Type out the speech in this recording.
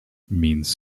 means